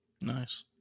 Nice